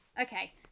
Okay